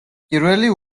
პირველი